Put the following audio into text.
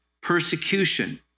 persecution